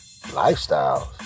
lifestyles